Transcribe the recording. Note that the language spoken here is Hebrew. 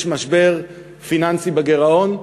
יש משבר פיננסי בגירעון,